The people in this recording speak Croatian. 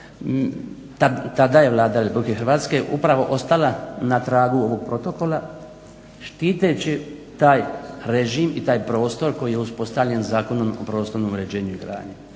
tada je Vlada Republike Hrvatske upravo ostala na tragu ovog protokola štiteći taj režim i taj prostor koji je uspostavljen Zakonom o prostornom uređenju i gradnji.